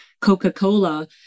Coca-Cola